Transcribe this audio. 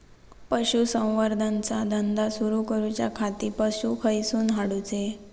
पशुसंवर्धन चा धंदा सुरू करूच्या खाती पशू खईसून हाडूचे?